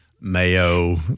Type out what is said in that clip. mayo